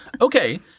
Okay